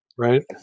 Right